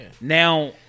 Now